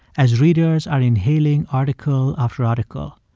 as readers are inhaling article after article,